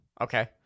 Okay